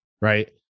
right